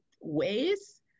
ways